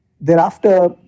Thereafter